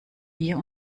wir